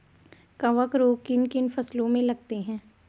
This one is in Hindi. कवक रोग किन किन फसलों में लगते हैं?